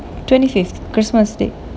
twenty fifth christmas day